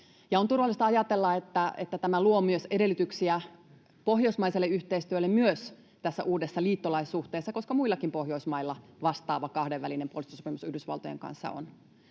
on turvallista ajatella, että tämä luo myös edellytyksiä pohjoismaiselle yhteistyölle myös tässä uudessa liittolaissuhteessa, koska muillakin Pohjoismailla on vastaava kahdenvälinen puolustussopimus Yhdysvaltojen kanssa.